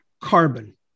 carbon